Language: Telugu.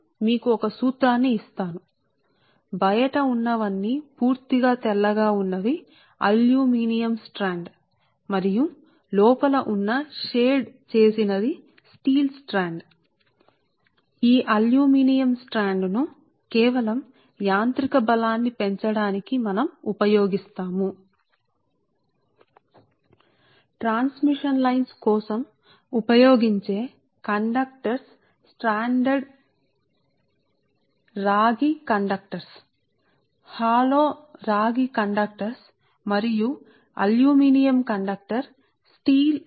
కాబట్టి బయటి ఉన్న వన్నీపూర్తిగా తెల్లగా ఉన్నప్పుడు అది అల్యూమినియం స్ట్రాండ్ మరియు లోపల స్టీల్ స్ట్రాండ్ ఇది స్టీల్ స్ట్రాండ్ షేడెడ్ చేసినది మరియు మరొకటి ఈ అల్యూమినియం స్ట్రాండ్ కేవలం యాంత్రిక బలాన్ని పెంచడానికి మనం అది ఇస్తాముసరే t కాబట్టి ప్రసార మార్గాల కోసం ఉపయోగించే కండక్టర్ ప్రామాణికం గా ఉన్న రాగి కండక్టర్లు హాలో hollow ఖాళీ రాగి కండక్టర్లు మరియు అల్యూమినియం కండక్టర్ స్టీల్ రీన్ఫోర్స్డ్ అంటే ACSR